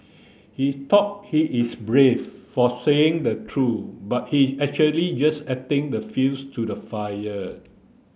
he thought he is brave for saying the true but he actually just adding the fuels to the fire